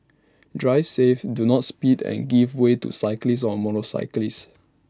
drive safe do not speed and give way to cyclists or motorcyclists